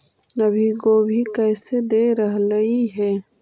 अभी गोभी कैसे दे रहलई हे?